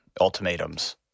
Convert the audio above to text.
ultimatums